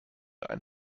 ein